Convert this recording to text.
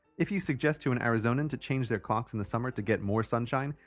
if you suggest to an arizonian to change their clocks in the summer to get more sunshine,